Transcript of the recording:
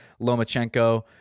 Lomachenko